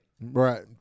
Right